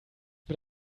mit